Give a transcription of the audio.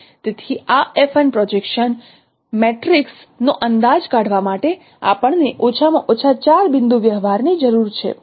તેથી આ affine projection matrix નો અંદાજ કાઢવા માટે આપણને ઓછામાં ઓછા 4 બિંદુ વ્યવહારની જરૂર છે